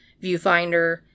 viewfinder